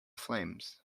flames